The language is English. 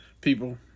People